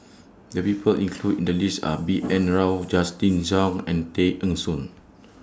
The People included in The list Are B N Rao Justin Zhuang and Tay Eng Soon